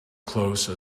close